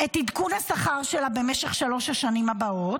את עדכון השכר שלה במשך שלוש השנים הבאות,